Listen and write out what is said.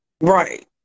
right